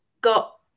got